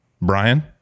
Brian